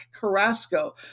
Carrasco